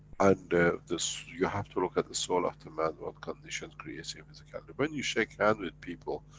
and the s. so you have to look at the soul of the man, what condition creates in physicality. when you shake hands with people,